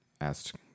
asked